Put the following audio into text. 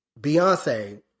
beyonce